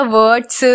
words